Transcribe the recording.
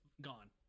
gone